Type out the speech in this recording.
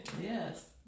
Yes